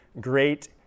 great